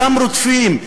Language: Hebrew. אותם רודפים,